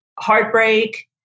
heartbreak